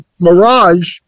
Mirage